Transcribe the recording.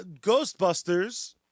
Ghostbusters